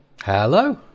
Hello